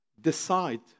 decide